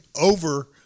over